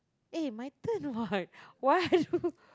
eh my turn [what] why are you